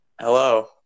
Hello